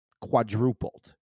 quadrupled